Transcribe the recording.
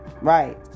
Right